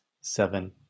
seven